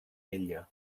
ella